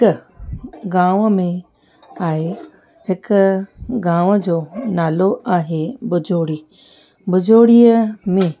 हिकु गाम में आहे हिक गाम जो नालो आहे भुजोड़ी भुजोड़ीअ में